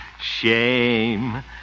Shame